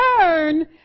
turn